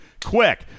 quick